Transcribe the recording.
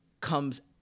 comes